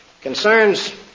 concerns